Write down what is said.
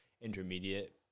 intermediate